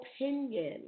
opinion